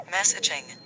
Messaging